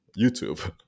YouTube